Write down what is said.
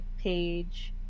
page